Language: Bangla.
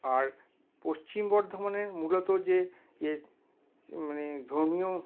আর পশ্চিম বর্ধমানের মূলত যে মানে ধর্মীয়